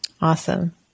Awesome